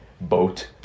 boat